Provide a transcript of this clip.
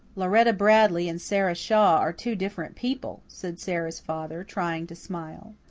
lauretta bradley and sara shaw are two different people, said sara's father, trying to smile.